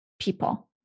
people